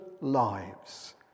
lives